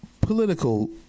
political